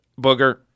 Booger